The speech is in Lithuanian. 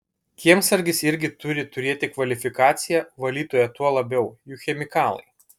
kiemsargis irgi turi turėti kvalifikaciją valytoja tuo labiau juk chemikalai